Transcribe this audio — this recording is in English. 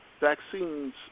vaccines